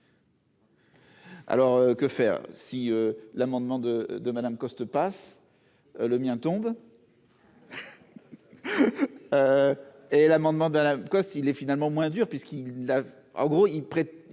Alors que faire si l'amendement de de Madame Costes, passe le mien tombe et l'amendement de la Corse, il est finalement moins dur puisqu'il a, en gros, il prête,